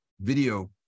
video